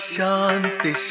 Shanti